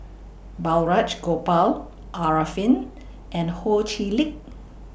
Balraj Gopal Arifin and Ho Chee Lick